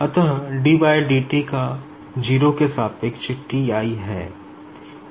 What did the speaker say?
अतः ddt का 0 के सापेक्ष T i है